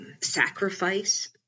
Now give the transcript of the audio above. sacrifice